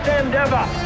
endeavor